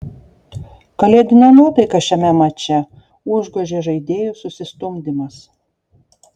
kalėdinę nuotaiką šiame mače užgožė žaidėjų susistumdymas